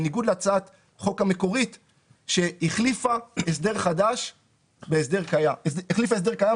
בניגוד להצעת החוק המקורית שהחליפה הסדר קיים בהסדר חדש.